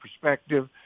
perspective –